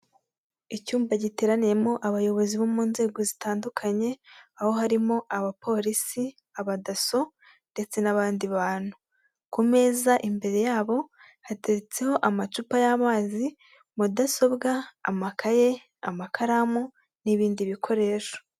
Icyumba giteraniyemo abayobozi bo mu nzego zitandukanye, aho harimo abapolisi abadaso ndetse, ndetse n'abandi bantu. Ku meza imbere yabo hatetseho amacupa y'amazi mudasobwa, amakaye, amakaramu n'ibindi bikoresho.